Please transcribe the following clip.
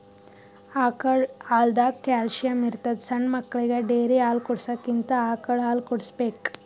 ಆಕಳ್ ಹಾಲ್ದಾಗ್ ಕ್ಯಾಲ್ಸಿಯಂ ಇರ್ತದ್ ಸಣ್ಣ್ ಮಕ್ಕಳಿಗ ಡೇರಿ ಹಾಲ್ ಕುಡ್ಸಕ್ಕಿಂತ ಆಕಳ್ ಹಾಲ್ ಕುಡ್ಸ್ಬೇಕ್